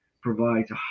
provides